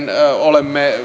olemme